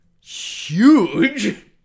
huge